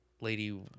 Lady